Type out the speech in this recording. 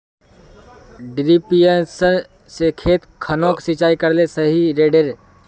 डिरिपयंऋ से खेत खानोक सिंचाई करले सही रोडेर?